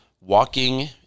Walking